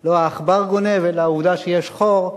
לא העכבר גונב אלא העובדה שיש חור,